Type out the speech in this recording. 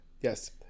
yes